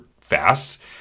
fast